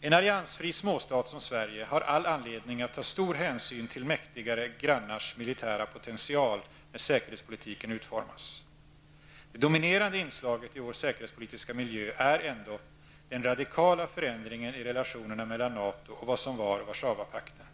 En alliansfri småstsat som Sverige har all anledning att ta stor hänsyn till mäktigare grannars militära potential när säkerhetspolitiken utformas. Det dominerande inslaget i vår säkerhetspolitiska miljö är ändå den radikala förändringen i relationerna mellan NATO och vad som var Warszawapakten.